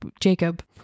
Jacob